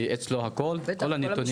אצלו הכל.